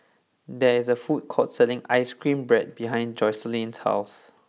there is a food court selling Ice Cream Bread behind Jocelynn's house